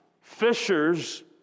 fishers